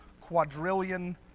quadrillion